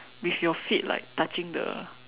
with your feet like touching the